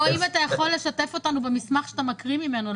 או אם אתה יכול לשתף אותנו במסמך שאתה מקריא ממנו,